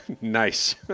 Nice